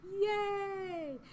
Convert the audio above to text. Yay